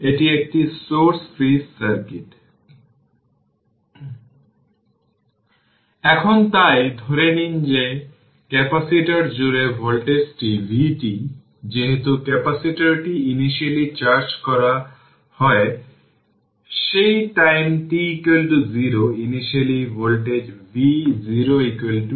এবং একটি 15 Ω resistor vx জুড়ে ভোল্টেজের জন্য r ক্যাপাসিটরের ভোল্টেজের ইনিশিয়াল ভ্যালু খুঁজে বের করতে হবে যেটি r 10 ভোল্ট vc 0 দেওয়া হয়েছে